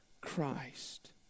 Christ